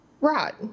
Right